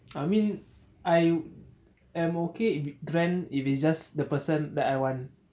I mean I am okay wi~ grand if it's just the person that I want